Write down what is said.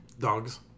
Dogs